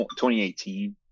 2018